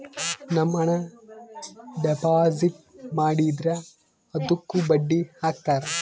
ನಮ್ ಹಣ ಡೆಪಾಸಿಟ್ ಮಾಡಿದ್ರ ಅದುಕ್ಕ ಬಡ್ಡಿ ಹಕ್ತರ